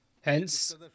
Hence